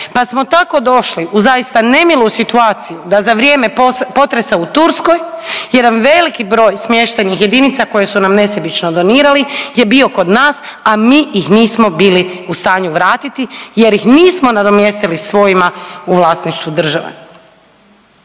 pa smo tako došli u zaista nemilu situaciju da za vrijeme potresa u Turskoj jedan veliki broj smještajnih jedinica koje su nam nesebično donirali je bio kod nas, a mi ih nismo bili u stanju vratiti, jer ih nismo nadomjestili svojima u vlasništvu države.